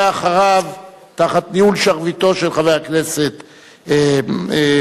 אחריו, תחת ניהול שרביטו של חבר הכנסת אדרי,